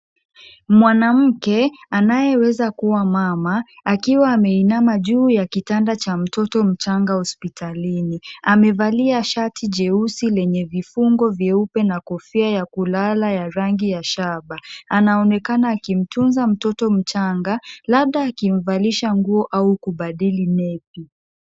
Mwanamke anayeweza kuwa mama, akiwa ameinama juu ya kitanda cha mtoto mchanga hospitalini. Amevalia shati jeusi lenye vifungo vyeupe na kofia ya kulala ya rangi ya shaba. Anaonekana akimtunza mtoto mchanga, labda akimvalisha nguo au kubadili nepi .